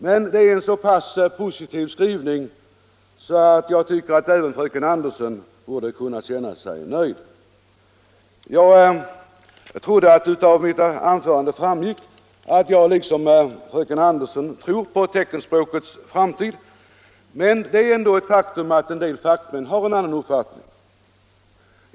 Det är dock en så pass positiv skrivning att jag tycker att även fröken Andersson borde kunna känna sig nöjd. Jag förutsatte att av mitt tidigare anförande framgick att jag liksom fröken Andersson tror på teckenspråkets framtid. Men det är ändå ett faktum att en del fackmän har en annan uppfattning.